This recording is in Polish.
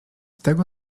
tego